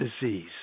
disease